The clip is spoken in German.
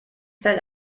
fällt